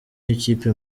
w’ikipe